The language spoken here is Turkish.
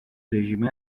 rejime